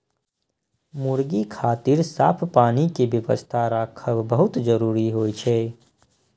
मुर्गी खातिर साफ पानी के व्यवस्था राखब बहुत जरूरी होइ छै